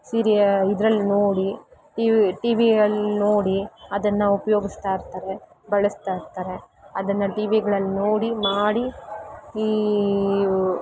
ಸೀರಿಯ ಇದ್ರಲ್ಲಿ ನೋಡಿ TV ಟಿ ವಿಯಲ್ಲಿ ನೋಡಿ ಅದನ್ನು ಉಪಯೋಗಿಸ್ತಾಯಿರ್ತರೆ ಬಳಸ್ತಾಯಿರ್ತರೆ ಅದನ್ನು ಟಿ ವಿಗಳಲ್ಲಿ ನೋಡಿ ಮಾಡಿ ಈ